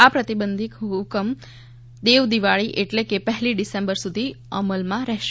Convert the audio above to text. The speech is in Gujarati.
આ પ્રતિબંધક હુકમ દેવ દિવાળી આટલે કે પહેલી ડિસેમ્બર સુધી અમલમાં રહેશે